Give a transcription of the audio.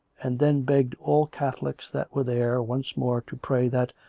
and then begged all catholics that were there once more to pray that,